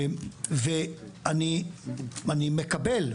ואני מקבל,